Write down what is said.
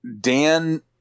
Dan